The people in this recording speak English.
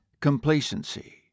complacency